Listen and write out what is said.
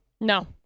No